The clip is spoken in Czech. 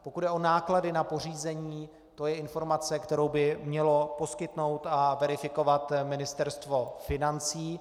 Pokud jde o náklady na pořízení, to je informace, kterou by mělo poskytnout a verifikovat Ministerstvo financí.